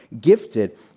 gifted